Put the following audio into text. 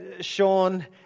Sean